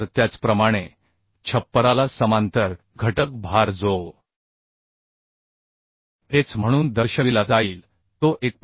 त्याचप्रमाणे छप्पराला समांतर घटक भार जो H म्हणून दर्शविला जाईल तो 1